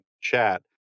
chat